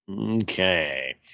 Okay